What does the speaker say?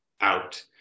out